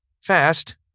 Fast